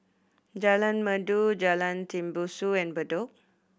Jalan Merdu Jalan Tembusu and Bedok